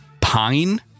Pine